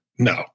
No